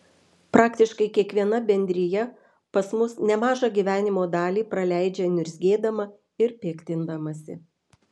praktiškai kiekviena bendrija pas mus nemažą gyvavimo dalį praleidžia niurzgėdama ir piktindamasi